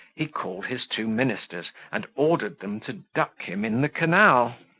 he called his two ministers, and ordered them to duck him in the canal.